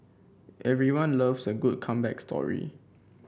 everyone loves a good comeback story